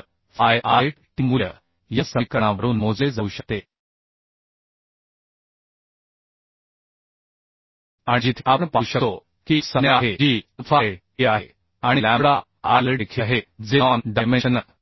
तर phi lt मूल्य या समीकरणा वरून मोजले जाऊ शकते आणि जिथे आपण पाहू शकतो की एक संज्ञा आहे जी अल्फा lt आहे आणि लॅम्बडा lt देखील आहे जे नॉन डायमेन्शनल